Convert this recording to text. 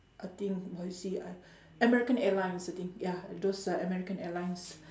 I think I see I American airlines I think ya those American airlines